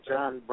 John